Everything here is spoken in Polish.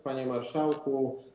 Panie Marszałku!